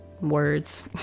words